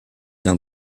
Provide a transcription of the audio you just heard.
d’un